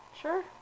sure